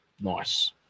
nice